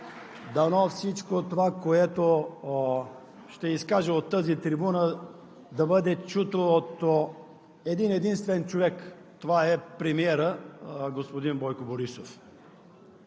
дано всичко това, което ще изкажа от тази трибуна, да бъде чуто от един-единствен човек. Това е премиерът господин Бойко Борисов.